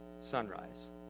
sunrise